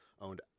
owned